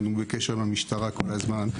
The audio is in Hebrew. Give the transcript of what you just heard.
היינו בקשר עם המשטרה כל הזמן.